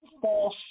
false